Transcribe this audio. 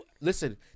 listen